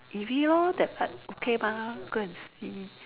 eerie lor that part okay mah go and see